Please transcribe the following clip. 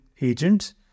agents